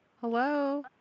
Hello